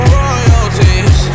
royalties